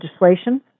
legislation